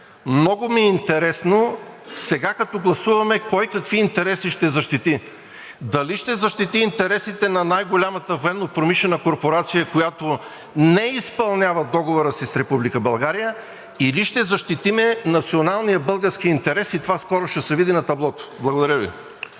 Много ми е интересно сега, като гласуваме, кой какви интереси ще защити – дали ще защити интересите на най-голямата военнопромишлена корпорация, която не изпълнява договора си с Република България, или ще защити националния български интерес?! И това скоро ще се види на таблото. Благодаря Ви.